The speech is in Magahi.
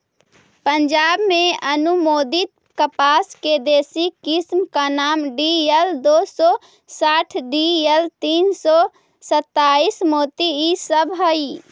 पंजाब में अनुमोदित कपास के देशी किस्म का नाम डी.एल दो सौ साठ डी.एल तीन सौ सत्ताईस, मोती इ सब हई